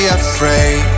afraid